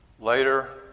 Later